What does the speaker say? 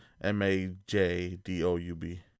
M-A-J-D-O-U-B